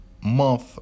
month